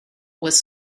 was